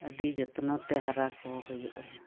ᱟᱹᱰᱤ ᱡᱚᱛᱚᱱᱚ ᱛᱮ ᱦᱟᱨᱟ ᱠᱚ ᱦᱩᱭᱩᱜ ᱟᱱᱟ